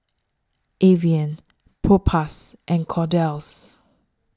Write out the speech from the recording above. Avene Propass and Kordel's